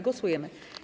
Głosujemy.